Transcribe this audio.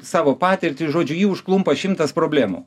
savo patirtį žodžiu jį užklumpa šimtas problemų